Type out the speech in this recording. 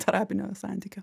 terapinio santykio